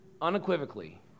unequivocally